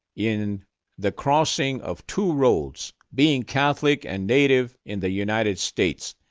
in the crossing of two roads being catholic and native in the united states,